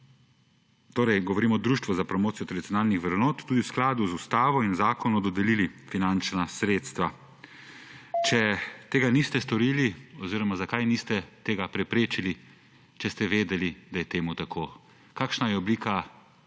torej govorim o Društvu za promocijo tradicionalnih vrednot, deluje v skladu z ustavo in zakonom, in mu dodelili finančna sredstva? Če tega niste storili oziroma zakaj niste tega preprečili, če ste vedeli, da je temu tako? Kakšna je oblika